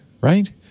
right